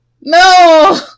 No